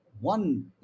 One